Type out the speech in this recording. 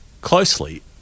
closely